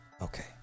okay